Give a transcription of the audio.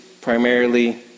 primarily